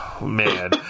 man